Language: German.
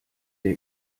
der